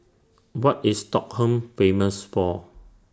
What IS Stockholm Famous For